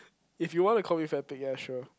if you want to call me fat pig ya sure